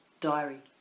Diary